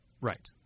Right